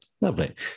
Lovely